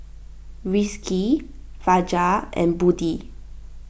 Rizqi Fajar and Budi